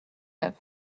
neuf